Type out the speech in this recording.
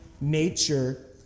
Nature